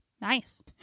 Nice